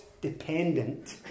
dependent